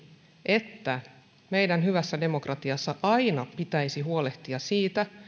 että meidän hyvässä demokratiassamme aina pitäisi huolehtia siitä